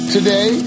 Today